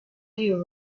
you